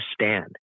stand